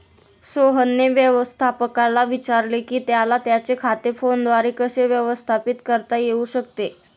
सोहनने व्यवस्थापकाला विचारले की त्याला त्याचे खाते फोनद्वारे कसे व्यवस्थापित करता येऊ शकते